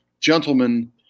gentlemen